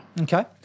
okay